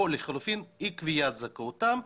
או לחלופין אי קביעת זכאותם,